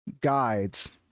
guides